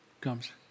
comes